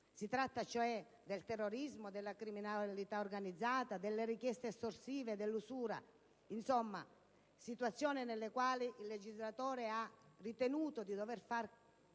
Si tratta cioè del terrorismo, della criminalità organizzata, delle richieste estorsive, dell'usura; situazioni nelle quali il legislatore ha ritenuto di doversi far